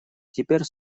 теперь